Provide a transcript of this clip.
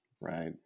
right